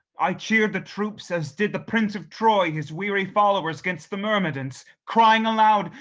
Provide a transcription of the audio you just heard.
i cheered the troops as did the prince of troy his weary followers gainst the myrmidons, crying aloud,